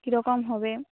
কীরকম হবে